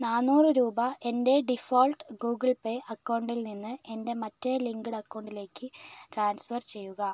നാനൂറ് രൂപ എൻ്റെ ഡിഫോൾട്ട് ഗൂഗിൾ പേ അക്കൗണ്ടിൽ നിന്ന് എൻ്റെ മറ്റേ ലിങ്ക്ഡ് അക്കൗണ്ടിലേക്ക് ട്രാൻസ്ഫർ ചെയ്യുക